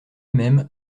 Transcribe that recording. même